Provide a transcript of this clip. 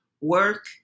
Work